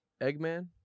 Eggman